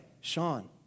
Sean